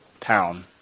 town